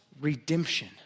redemption